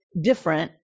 different